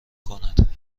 کند